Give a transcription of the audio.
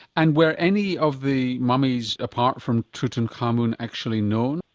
and were any of the mummies apart from tutankhamen actually known?